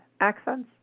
accents